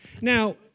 Now